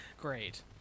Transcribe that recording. Great